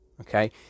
Okay